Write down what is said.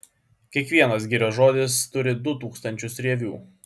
kiekvienas girios žodis turi du tūkstančius rievių